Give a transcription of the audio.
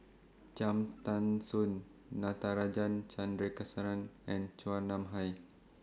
Cham Tao Soon Natarajan Chandrasekaran and Chua Nam Hai